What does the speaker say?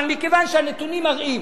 אבל מכיוון שהנתונים מראים